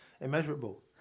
immeasurable